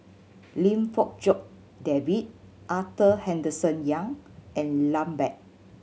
Lim Fong Jock David Arthur Henderson Young and Lambert